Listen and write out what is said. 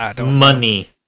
Money